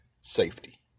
safety